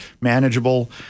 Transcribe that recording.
manageable